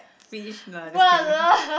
fish no lah joking